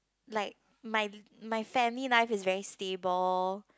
like my my family life is very stable